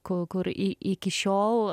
ku kur i iki šiol